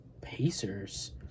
Pacers